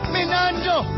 Minando